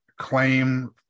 claim